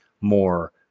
more